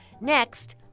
Next